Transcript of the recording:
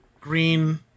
green